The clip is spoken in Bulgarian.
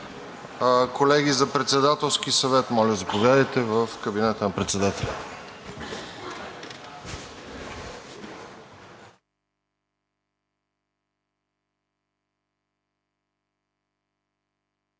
Колеги, за Председателски съвет, моля, заповядайте в кабинета на Председателя.